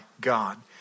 God